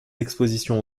expositions